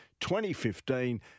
2015